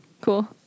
Cool